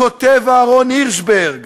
כותב אהרן הירשברג: